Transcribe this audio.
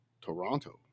Toronto